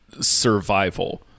survival